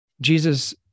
Jesus